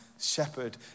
shepherd